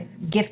gift